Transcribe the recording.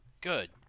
Good